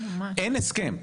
אין הסכם.